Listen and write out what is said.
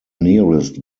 nearest